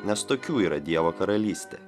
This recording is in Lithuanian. nes tokių yra dievo karalystė